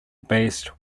based